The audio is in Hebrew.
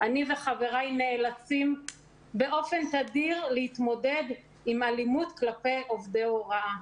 אני וחבריי נאלצים באופן תדיר להתמודד עם אלימות כלפי עובדי הוראה.